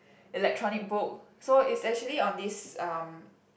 electronic book so it's actually on this um